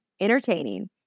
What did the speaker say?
entertaining